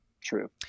true